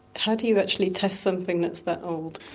how do you actually test something that's that old?